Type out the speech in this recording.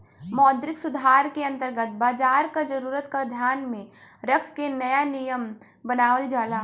मौद्रिक सुधार के अंतर्गत बाजार क जरूरत क ध्यान में रख के नया नियम बनावल जाला